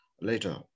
later